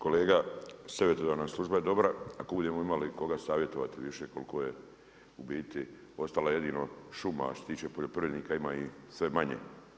Kolega, savjetodavna služba je dobra ako budemo imali koga savjetovati više koliko je u biti ostala jedino šuma, a što se tiče poljoprivrednika, ima ih sve manje.